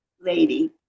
lady